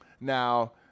Now